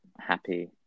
happy